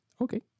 okay